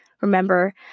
Remember